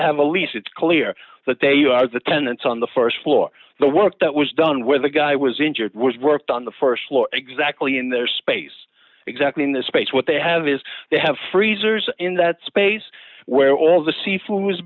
have a lease it's clear that they are the tenants on the st floor the work that was done where the guy was injured was worked on the st floor exactly in their space exactly in the space what they have is they have freezers in that space where all the seafood